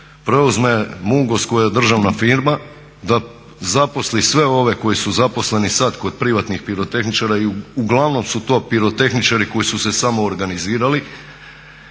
preuzme Mungos koja je državna firma, da zaposli sve ove koji su zaposleni sada kod privatnih pirotehničara i uglavnom su to pirotehničari koji su se samoorganizirali